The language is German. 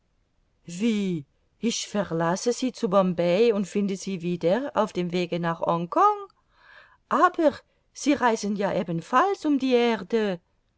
wie ich verlasse sie zu bombay und finde sie wieder auf dem wege nach hongkong aber sie reisen ja ebenfalls um die erde